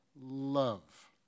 love